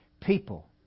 People